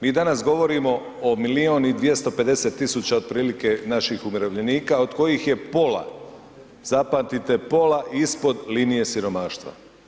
Mi danas govorimo o milion i 250 tisuća otprilike naših umirovljenika od kojih je pola, zapamtite pola ispod linije siromaštva.